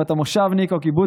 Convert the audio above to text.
אם אתה מושבניק או קיבוצניק,